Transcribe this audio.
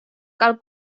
cal